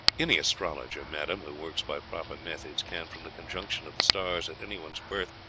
any astrologer, madame, who works by proper methods can, from the conjunction of the stars at anyone's birth,